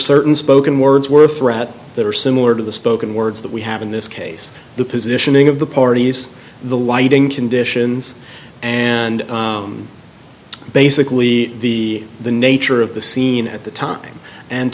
certain spoken words were threats that are similar to the spoken words that we have in this case the positioning of the parties the lighting conditions and basically the nature of the scene at the time and